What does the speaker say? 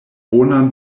bonan